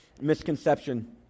misconception